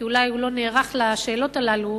כי אולי הוא לא נערך לשאלות הללו,